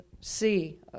see